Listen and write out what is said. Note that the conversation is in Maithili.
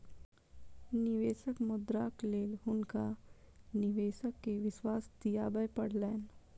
निवेशक मुद्राक लेल हुनका निवेशक के विश्वास दिआबय पड़लैन